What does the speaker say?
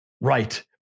Right